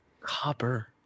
Copper